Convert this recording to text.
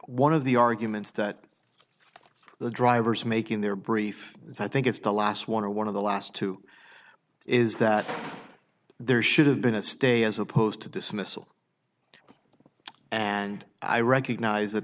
one of the arguments that the drivers making their brief and i think it's the last one or one of the last two is that there should have been a stay as opposed to dismissal and i recognize that